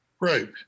Right